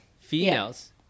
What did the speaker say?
females